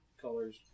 colors